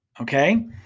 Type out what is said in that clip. Okay